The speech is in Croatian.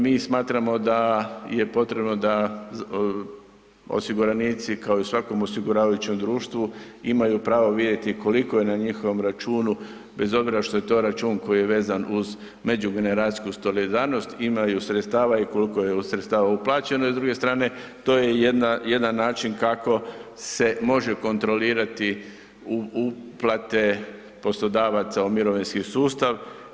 Mi smatramo da je potrebno da osiguranici kao i u svakom osiguravajuće društvu imaju pravo vidjeti koliko je na njihovom računu bez obzira što je to račun koji vezan uz međugeneracijsku solidarnost, imaju sredstava i koliko je sredstava uplaćeno i s druge strane, to je jedan način kako se može kontrolirati uplate poslodavaca u mirovinski sustav.